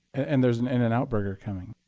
and there is an in-n-out burger coming.